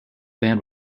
band